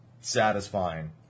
satisfying